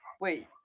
wait